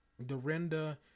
Dorinda